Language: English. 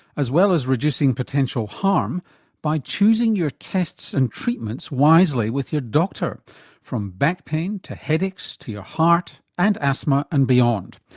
as well as reducing potential harm by choosing your tests and treatments wisely with your doctor from back pain to headaches, to your heart and asthma and beyond.